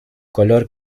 color